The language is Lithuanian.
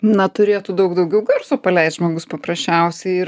na turėtų daug daugiau garso paleist žmogus paprasčiausiai ir